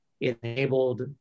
enabled